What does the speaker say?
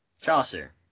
Chaucer